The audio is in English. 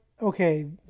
okay